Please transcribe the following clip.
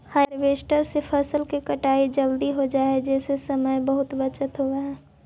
harvester से फसल के कटाई जल्दी हो जाई से समय के बहुत बचत हो जाऽ हई